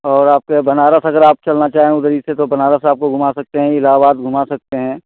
और आप यह बनारस अगर आप चलना चाहें उधर ही से तो बनारस आपको घुमा सकते है इलाहाबाद घुमा सकते हैं